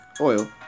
oil